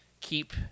keep